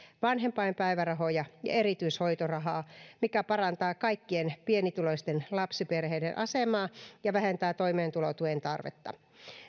vanhempainpäivärahoja ja erityishoitorahaa mikä parantaa kaikkien pienituloisten lapsiperheiden asemaa ja vähentää toimeentulotuen tarvetta